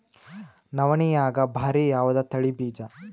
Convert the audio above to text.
ನವಣಿಯಾಗ ಭಾರಿ ಯಾವದ ತಳಿ ಬೀಜ?